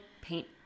paint